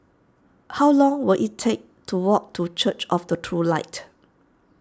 how long will it take to walk to Church of the True Light